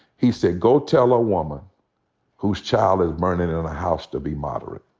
he said, go tell a woman whose child is burnin' in and a house to be moderate.